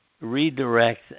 redirect